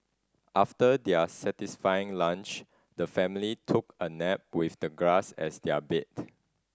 after their satisfying lunch the family took a nap with the grass as their bed